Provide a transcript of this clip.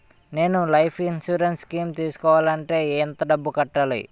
నేను life insurance scheme తీసుకోవాలంటే ఎంత డబ్బు కట్టాలి?